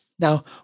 Now